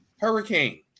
Hurricane